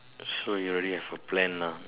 so you already have a plan lah